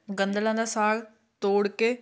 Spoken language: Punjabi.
ਗੰਦਲਾਂ ਦਾ ਸਾਗ ਤੋੜ ਕੇ